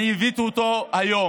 אני הבאתי אותו היום.